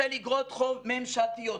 של אגרות חוב ממשלתיות,